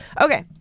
Okay